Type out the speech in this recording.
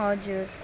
हजुर